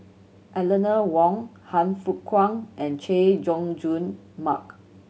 Eleanor Wong Han Fook Kwang and Chay Jung Jun Mark